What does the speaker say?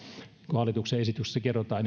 hallituksen esityksessä kerrotaan